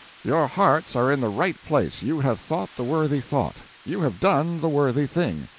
your hearts are in the right place, you have thought the worthy thought, you have done the worthy thing.